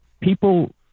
People